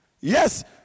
Yes